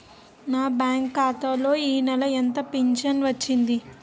నా బ్యాంక్ ఖాతా లో ఈ నెల ఎంత ఫించను వచ్చింది?